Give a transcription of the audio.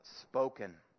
spoken